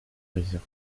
réserve